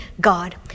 God